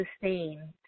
sustain